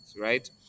right